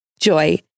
Joy